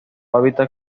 hábitat